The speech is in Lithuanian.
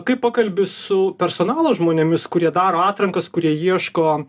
kai pokalbi su personalo žmonėmis kurie daro atrankas kurie ieško